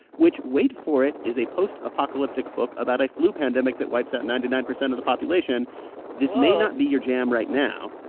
which wait for it is a post-apocalyptic book about a flu pandemic that wipes out ninety nine percent of the population this may not be your jam right now.